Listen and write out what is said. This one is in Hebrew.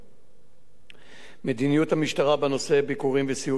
מדיניות המשטרה בנושא ביקורים וסיורים של יהודים